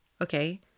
Okay